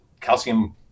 calcium